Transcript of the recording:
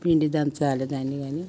పిండి దంచాలి దండిగాని